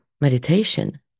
meditation